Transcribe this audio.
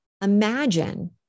Imagine